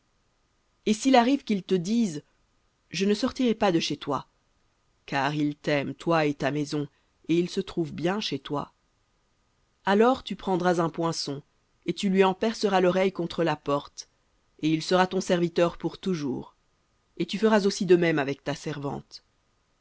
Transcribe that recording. et s'il arrive qu'il te dise je ne sortirai pas de chez toi alors tu prendras un poinçon et tu lui en perceras l'oreille contre la porte et il sera ton serviteur pour toujours et tu feras aussi de même avec ta servante